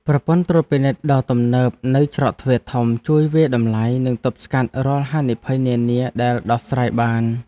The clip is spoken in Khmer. ប្រព័ន្ធត្រួតពិនិត្យដ៏ទំនើបនៅច្រកទ្វារធំជួយវាយតម្លៃនិងទប់ស្កាត់រាល់ហានិភ័យនានាដែលដោះស្រាយបាន។